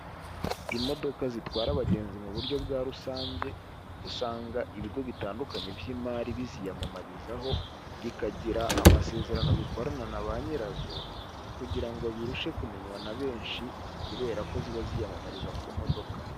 Imodoka zitwara abagenzi mu buryo bwa rusange, usanga ibigo bitandukanye by'imari biziyamamarizaho bikagira amasezerano bikorana na ba nyirazo kugira ngo birushe kumenywa na benshi, kubera ko ziba ziyamamariza ku modoka.